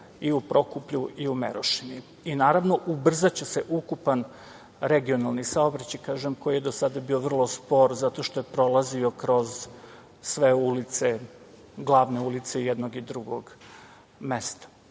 u Prokuplju i u Merošini i naravno, ubrzaće se ukupan regionalni saobraćaj, koji je do sada bio vrlo spor zato što je prolazio kroz sve ulice glavne jednog i drugog mesta. Vidim